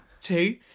Two